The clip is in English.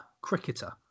cricketer